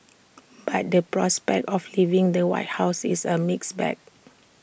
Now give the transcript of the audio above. but the prospect of leaving the white house is A mixed bag